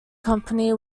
company